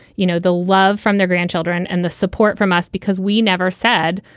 you know, the love from their grandchildren and the support from us, because we never said,